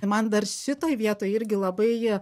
man dar šitoj vietoj irgi labai